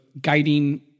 guiding